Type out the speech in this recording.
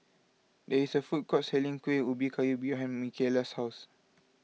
there is a food court selling Kuih Ubi Kayu behind Mikaela's house